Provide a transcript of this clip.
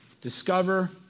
Discover